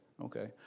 okay